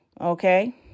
okay